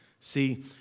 See